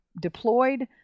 deployed